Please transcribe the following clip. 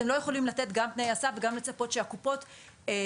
אתם לא יכולים לתת גם תנאי הסף וגם לצפות שהקופות ירכשו